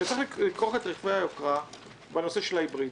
שצריך לכרוך את הנושא של רכבי היוקרה בנושא הרכב ההיברידי.